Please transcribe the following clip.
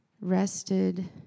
rested